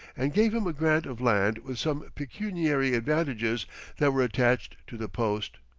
and gave him a grant of land with some pecuniary advantages that were attached to the post,